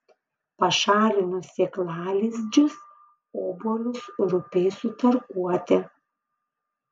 pašalinus sėklalizdžius obuolius rupiai sutarkuoti